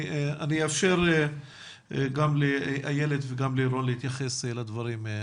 אני אאפשר גם לאיילת וגם ללירון להתייחס לדברים.